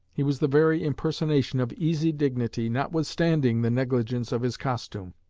he was the very impersonation of easy dignity, notwithstanding the negligence of his costume.